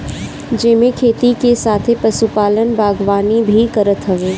जेमे खेती के साथे पशुपालन, बागवानी भी करत हवे